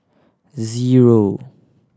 zero